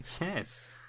Yes